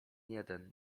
jeden